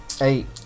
eight